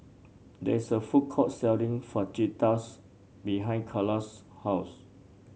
there is a food court selling Fajitas behind Carla's house